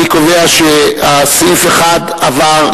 אני קובע שסעיף 1 עבר,